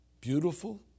beautiful